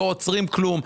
לא עוצרים כלום,